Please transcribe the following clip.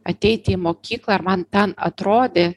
ateiti į mokyklą ir man ten atrodė